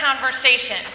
conversation